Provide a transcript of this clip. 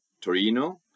Torino